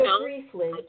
briefly